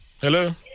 Hello